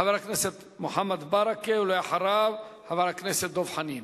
חבר הכנסת מוחמד ברכה, ואחריו, חבר הכנסת דב חנין.